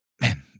man